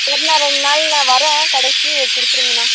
சரிண்ணா ரெண்டு நாள்ல வரேன் கடைசியா இதை கொடுத்துருங்கண்ணா